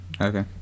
okay